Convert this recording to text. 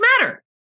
matter